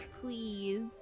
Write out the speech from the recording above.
Please